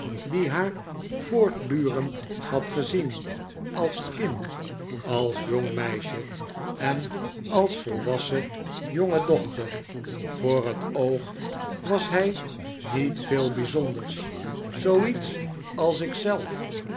die haar voortdurend had gezien als kind als jong meisje en als volwassen jongedochter voor het oog was hij niet veel bijzonders zooiets als